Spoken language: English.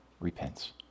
repents